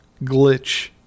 glitch